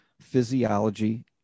physiology